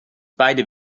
beide